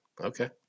Okay